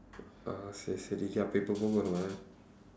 uh சரி சரி அப்ப இப்பவே போவோமா:sari sari appa ippavee poovoomaa